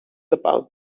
about